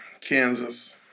Kansas